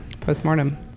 Postmortem